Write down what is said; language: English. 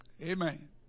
Amen